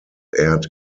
aired